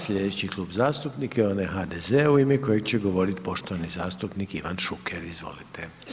Slijedeći Klub zastupnika je onaj HDZ-a u ime kojeg će govorit poštovani zastupnik Ivan Šuker, izvolite.